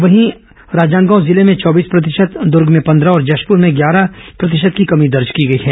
वहीं राजनांदगांव जिले में चौबीस प्रतिशत दूर्ग में पन्द्रह और जशपुर में ग्यारह प्रतिशत की कमी दर्ज की गई है